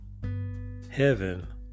heaven